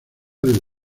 del